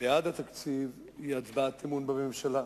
בעד התקציב היא הצבעת אמון בממשלה.